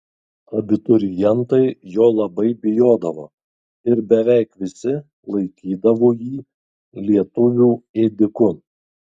abiturientai jo labai bijodavo ir beveik visi laikydavo jį lietuvių ėdiku